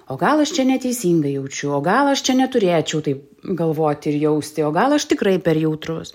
o gal aš čia neteisingai jaučiu o gal aš čia neturėčiau taip galvoti ir jausti o gal aš tikrai per jautrus